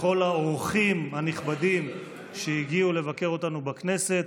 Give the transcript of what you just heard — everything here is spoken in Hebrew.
לכל האורחים הנכבדים שהגיעו לבקר אותנו בכנסת,